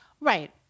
right